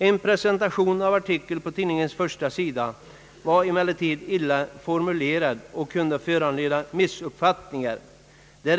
En presentation av artikeln på valtidningens första sida var emellertid illa formulerad och kunde föranleda missuppfattningar.